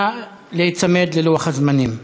נא להיצמד ללוח הזמנים.